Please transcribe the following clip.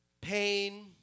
pain